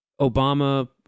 Obama